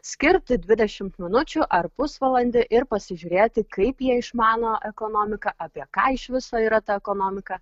skirti dvidešimt minučių ar pusvalandį ir pasižiūrėti kaip jie išmano ekonomiką apie ką iš viso yra ta ekonomika